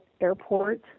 airport